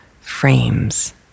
frames